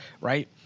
right